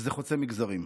וזה חוצה מגזרים.